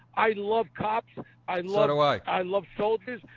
i love cops i love the way i love soldiers.